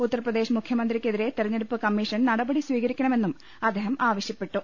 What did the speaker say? ഉത്തർപ്രദേശ് മുഖ്യമന്ത്രിക്കെതിരെ തെരഞ്ഞെടുപ്പ് കമ്മീഷൻ നട പടി സ്വീകരിക്കണമെന്നും അദ്ദേഹം ആവശ്യപ്പെട്ടു